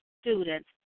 students